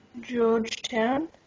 Georgetown